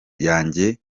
yanjye